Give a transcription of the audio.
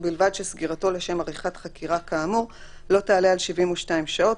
ובלבד שסגירתו לשם עריכת חקירה כאמור לא תעלה על 72 שעות,